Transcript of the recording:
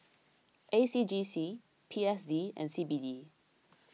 A C J C P S D and C B D